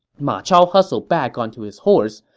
ma chao hustled back onto his horse.